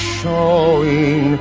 showing